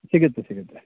ಸಿಗುತ್ತೆ ಸಿಗುತ್ತೆ